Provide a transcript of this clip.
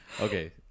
Okay